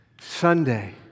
Sunday